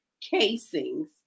casings